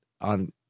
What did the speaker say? on